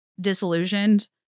disillusioned